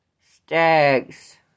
stags